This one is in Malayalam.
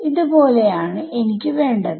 ഇത് പോലെ ആണ് എനിക്ക് വേണ്ടത്